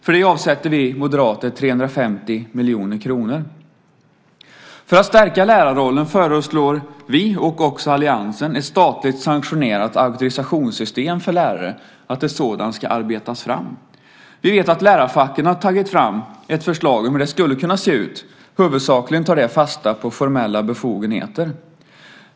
För det avsätter vi moderater 350 miljoner kronor. För att stärka lärarrollen föreslår vi, och också alliansen, att ett statligt sanktionerat auktorisationssystem för lärare ska arbetas fram. Vi vet att lärarfacken har tagit fram ett förslag om hur det skulle kunna se ut. Huvudsakligen tar det fasta på formella befogenheter.